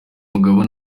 umugabo